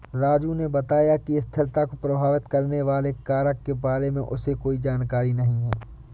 राजू ने बताया कि स्थिरता को प्रभावित करने वाले कारक के बारे में उसे कोई जानकारी नहीं है